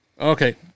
Okay